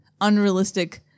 unrealistic